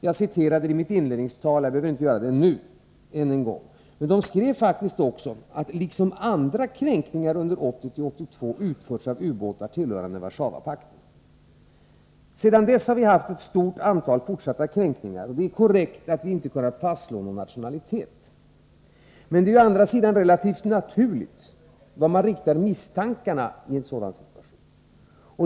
Jag citerade det i mitt inledningsanförande och behöver inte göra det ännu en gång. Kommissionen skrev faktiskt också att andra kränkningar under 1980-1982 utförts av ubåtar tillhörande Warszawapakten. Sedan dess har vi haft ett stort antal fortsatta kränkningar. Det är korrekt att vi inte kunnat fastslå någon nationalitet. Men det är å andra sidan relativt naturligt att man riktar misstankarna i viss riktning i en sådan situation.